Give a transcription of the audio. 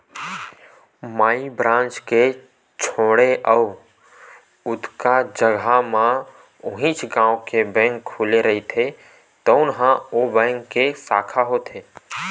माई branch के छोड़े अउ जतका जघा म उहींच नांव के बेंक खुले रहिथे तउन ह ओ बेंक के साखा होथे